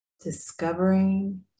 discovering